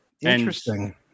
Interesting